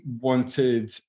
wanted